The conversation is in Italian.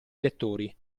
lettori